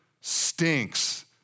stinks